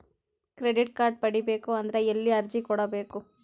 Credit card ಪಡಿಬೇಕು ಅಂದ್ರ ಎಲ್ಲಿ ಅರ್ಜಿ ಕೊಡಬೇಕು?